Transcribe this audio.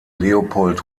leopold